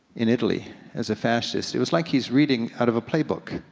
in italy as a fascist, it was like he was reading out of a playbook,